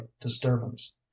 disturbance